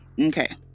okay